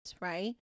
right